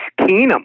Keenum